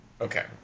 Okay